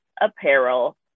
apparel